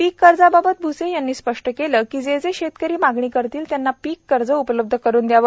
पीक कर्जाबाबत भूसे यांनी स्पष्ट केले की जे जे शेतकरी मागणी करतील त्यांना पीक कर्ज उपलब्ध करुन दयावे